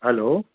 hello